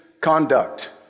conduct